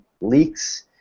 leaks